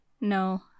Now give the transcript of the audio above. No